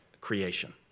creation